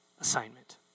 assignment